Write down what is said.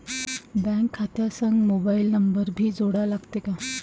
Bank खात्या संग mobile number भी जोडा लागते काय?